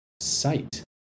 sight